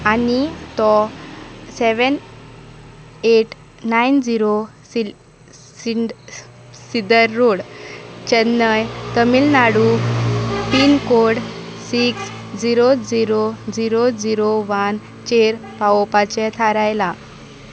आनी तो seven eight nine zero सिल सिंड सिदर road Chennai Tamil Nadu pin code six zero zero zero zero one चेर पावोवपाचें थारायलां